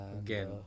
Again